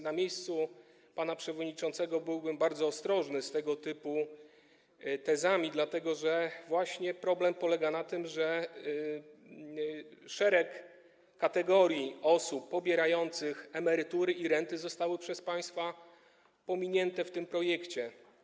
Na miejscu pana przewodniczącego byłbym bardzo ostrożny z tego typu tezami, dlatego że właśnie problem polega na tym, że szereg kategorii osób pobierających emerytury i renty został przez państwa pominięty w tym projekcie.